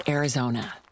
Arizona